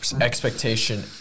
expectation